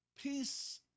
peace